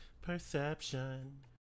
Perception